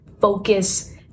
focus